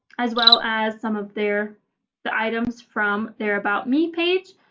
as well as some of their the items from there about me page